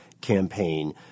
campaign